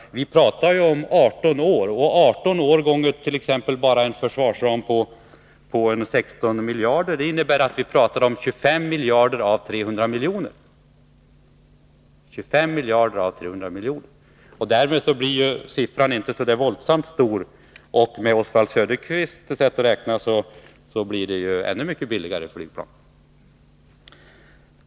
Vi talar ju om 18 år. Med t.ex. en försvarsram på 16 miljarder kommer vi fram till 300 miljarder. Därmed blir siffran inte så våldsamt hög. Med Oswald Söderqvists sätt att räkna blir det ännu mycket billigare flygplan.